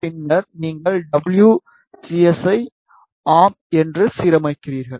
பின்னர் நீங்கள் W C S I ஆம் என்று சீரமைக்கிறீர்கள்